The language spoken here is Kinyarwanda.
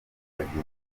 bagenzi